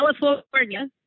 California